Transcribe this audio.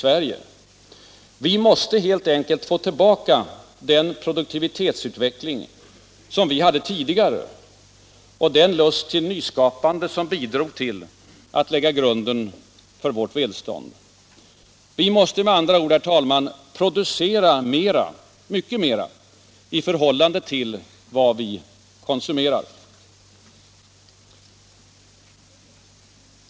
Vi måste helt enkelt få tillbaka den produktivitetsutveckling som vi hade tidigare och den lust till nyskapande som bidrog till att lägga grunden för vårt välstånd. Vi måste med andra ord, herr talman, producera mycket mera i förhållande till vad vi konsumerar.